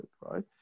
right